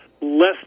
less